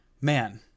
man